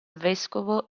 vescovo